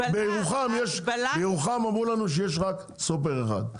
בירוחם אמרו לנו שיש רק סופר אחד,